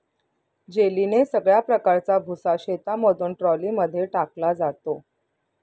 जेलीने सगळ्या प्रकारचा भुसा शेतामधून ट्रॉली मध्ये टाकला जातो